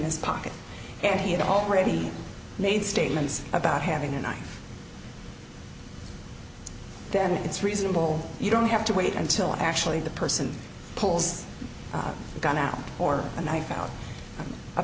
his pocket and he had already made statements about having a knife then it's reasonable you don't have to wait until actually the person pulls the gun out or a knife out